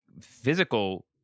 physical